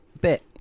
bit